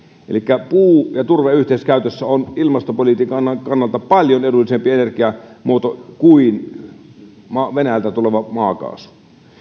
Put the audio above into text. elikkä puu ja turve yhteiskäytössä on ilmastopolitiikan kannalta paljon edullisempi energiamuoto kuin venäjältä tuleva maakaasu